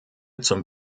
zum